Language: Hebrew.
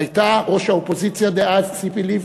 הייתה ראש האופוזיציה דאז ציפי לבני.